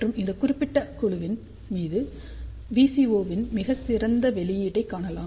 மற்றும் இந்த குறிப்பிட்ட குழுவின் மீது VCO இன் மிகச் சிறந்த வெளியீடை காணலாம்